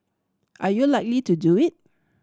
are you likely to do it